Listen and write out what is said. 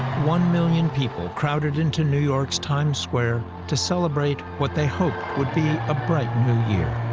one million people crowded into new york's times square to celebrate what they hoped would be a bright new year.